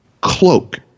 cloak